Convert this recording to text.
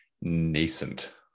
nascent